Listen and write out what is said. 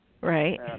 Right